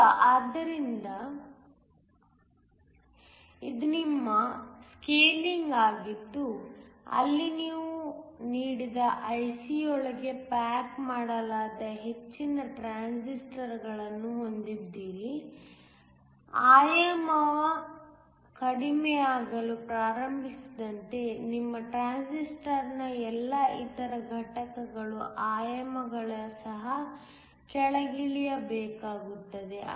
ಈಗ ಆದ್ದರಿಂದ ಇದು ನಿಮ್ಮ ಸ್ಕೇಲಿಂಗ್ ಆಗಿದ್ದು ಅಲ್ಲಿ ನೀವು ನೀಡಿದ IC ಯೊಳಗೆ ಪ್ಯಾಕ್ ಮಾಡಲಾದ ಹೆಚ್ಚಿನ ಟ್ರಾನ್ಸಿಸ್ಟರ್ ಗಳನ್ನು ಹೊಂದಿದ್ದೀರಿಆಯಾಮವು ಕಡಿಮೆಯಾಗಲು ಪ್ರಾರಂಭಿಸಿದಂತೆ ನಿಮ್ಮ ಟ್ರಾನ್ಸಿಸ್ಟರ್ ನ ಎಲ್ಲಾ ಇತರ ಘಟಕಗಳ ಆಯಾಮಗಳು ಸಹ ಕೆಳಗಿಳಿಯಬೇಕಾಗುತ್ತದೆ